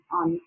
on